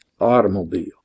automobile